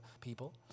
people